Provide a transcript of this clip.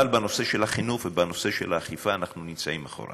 אבל בנושא של החינוך ובנושא של האכיפה אנחנו נמצאים מאחור.